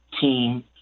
team